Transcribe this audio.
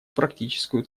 практическую